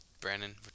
Brandon